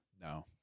No